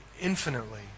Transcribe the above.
infinitely